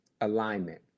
alignment